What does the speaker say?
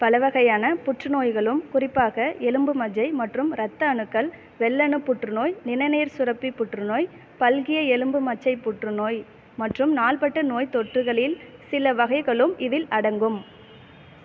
பல வகையான புற்றுநோய்களும் குறிப்பாக எலும்பு மஜ்ஜை மற்றும் இரத்த அணுக்கள் வெள்ளணு புற்றுநோய் நிணநீர்ச் சுரப்பிப் புற்றுநோய் பல்கிய எலும்பு மஜ்ஜைப் புற்றுநோய் மற்றும் நாள்பட்ட நோய்த்தொற்றுகளில் சில வகைகளும் இதில் அடங்கும்